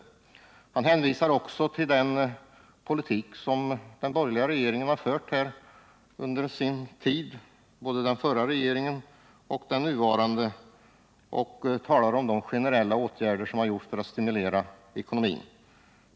Arbetsmarknadsministern hänvisar nu också till den politik som både den förra borgerliga regeringen och den nuvarande fört och talar om de generella åtgärder som vidtagits för att stimulera ekonomin.